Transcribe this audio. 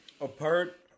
Apart